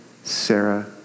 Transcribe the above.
Sarah